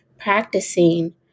practicing